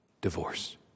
divorce